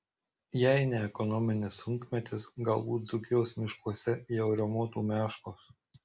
jei ne ekonominis sunkmetis galbūt dzūkijos miškuose jau riaumotų meškos